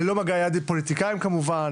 ללא מגע יד של פוליטיקאים כמובן,